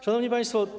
Szanowni Państwo!